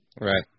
Right